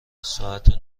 ساعت